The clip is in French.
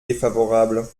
défavorable